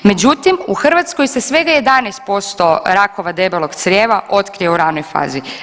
Međutim, u Hrvatskoj se svega 11% rakova debelog crijeva otkrije u ranoj fazi.